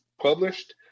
published